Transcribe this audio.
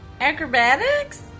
Acrobatics